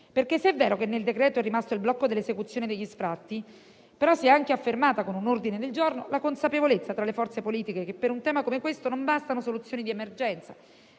reciproca: se è vero che nel decreto è rimasto il blocco dell'esecuzione degli sfratti, si è anche affermata con un ordine del giorno la consapevolezza tra le forze politiche che per un tema come questo non bastano soluzioni di emergenza;